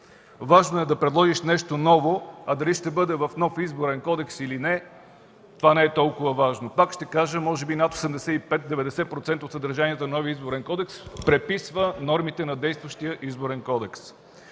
Важно е да предложиш нещо ново, а дали ще бъде в нов Изборен кодекс или не, това не е толкова важно. Пак ще кажа, може би над 85-90% от съдържанието на новия Изборен кодекс преписва нормите на действащия Изборен кодекс.